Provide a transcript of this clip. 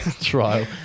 trial